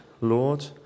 Lord